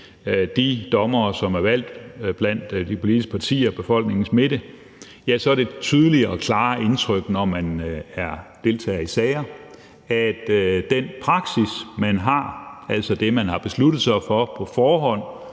de dommere, som er valgt blandt de politiske partier af befolkningens midte, ja, så er det tydelige og klare indtryk, når man deltager i sager, at den praksis, man har – altså det, man har besluttet sig for på forhånd